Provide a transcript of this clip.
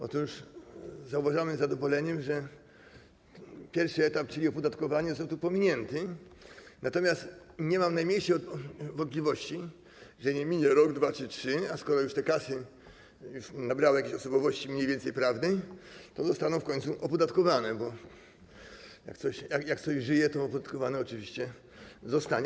Otóż zauważamy z zadowoleniem, że pierwszy etap, czyli opodatkowanie, został tu pominięty, natomiast nie mam najmniejszej wątpliwości, że nie minie rok, 2 czy 3 lata - skoro już te kasy nabrały jakiejś osobowości mniej więcej prawnej - i zostaną w końcu opodatkowane, bo jak coś żyje, to opodatkowane oczywiście zostanie.